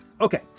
Okay